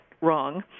wrong